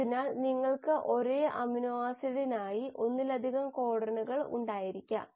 അതിനാൽ നിങ്ങൾക്ക് ഒരേ അമിനോ ആസിഡിനായി ഒന്നിലധികം കോഡണുകൾ ഉണ്ടായിരിക്കാം